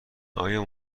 آیا